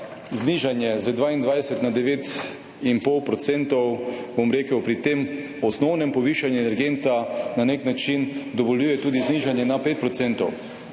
znižanje z 22 % na 9,5 % pri tem osnovnem povišanju energenta na nek način dovoljuje tudi znižanje na 5